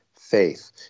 faith